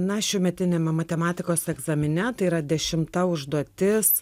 na šiųmetiniame matematikos egzamine tai yra dešimta užduotis